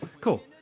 Cool